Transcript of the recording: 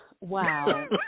Wow